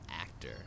actor